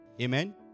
Amen